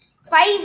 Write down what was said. Five